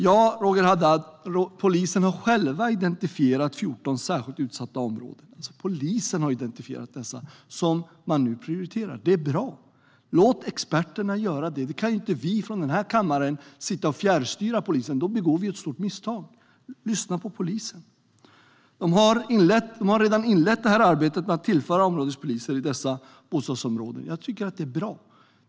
Ja, Roger Haddad, polisen har själv identifierat 14 särskilt utsatta områden som man nu prioriterar. Det är bra. Låt experterna göra det. Vi kan inte från den här kammaren sitta och fjärrstyra polisen. Då begår vi ett stort misstag. Lyssna på polisen. De har redan inlett arbetet med att tillföra områdespoliser i dessa bostadsområden. Jag tycker att det är bra.